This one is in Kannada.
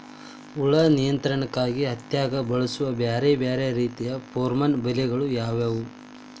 ಹುಳು ನಿಯಂತ್ರಣಕ್ಕಾಗಿ ಹತ್ತ್ಯಾಗ್ ಬಳಸುವ ಬ್ಯಾರೆ ಬ್ಯಾರೆ ರೇತಿಯ ಪೋರ್ಮನ್ ಬಲೆಗಳು ಯಾವ್ಯಾವ್?